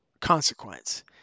consequence